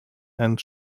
and